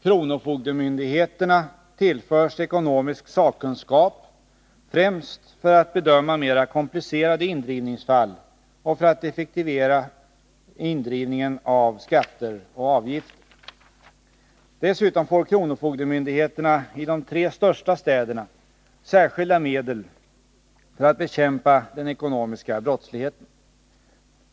Kronofogdemyndigheterna tillförs ekonomisk sakkunskap främst för att bedöma mera komplicerade indrivningsfall och för att effektivera indrivningen av skatter och avgifter. Dessutom får kronofogdemyndigheterna i de tre största städerna särskilda medel för att bekämpa den ekonomiska brottsligheten.